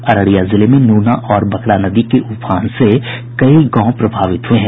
अररिया जिले में नूना और बकरा नदी के उफान से कई गांव प्रभावित हुये हैं